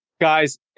Guys